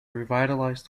revitalize